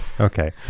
Okay